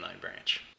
branch